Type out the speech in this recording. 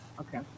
Okay